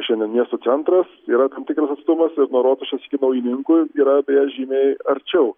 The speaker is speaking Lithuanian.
šiandien miesto centras yra tam tikras atstumas ir nuo rotušės iki naujininkų yra beje žymiai arčiau